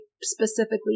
specifically